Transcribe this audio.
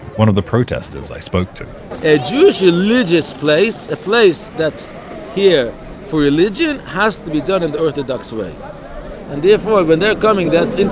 one of the protestors i spoke to a jewish religious place a place that's here for religion has to be done in the orthodox way. and therefore, when they're coming, that's